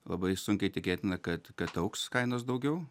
labai sunkiai tikėtina kad kad augs kainos daugiau